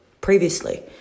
previously